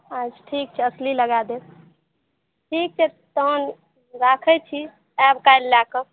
अच्छा ठीक छै असली लगा देब ठीक छै तहन राखैत छी आयब काल्हि लए कऽ